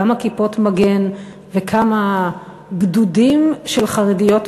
כמה כיפות-מגן וכמה גדודים של חרדיות וחרדים.